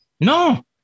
no